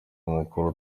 mukuru